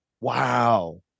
Wow